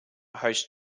hosts